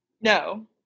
No